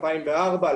2004,